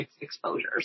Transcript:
exposures